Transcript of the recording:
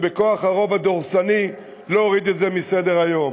בכוח הרוב הדורסני להוריד את זה מסדר-היום.